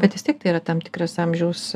bet vis tiek tai yra tam tikras amžiaus